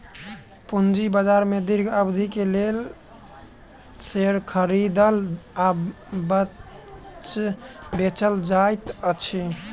पूंजी बाजार में दीर्घ अवधिक लेल शेयर खरीदल आ बेचल जाइत अछि